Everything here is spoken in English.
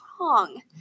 wrong